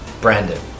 Brandon